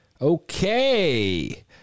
Okay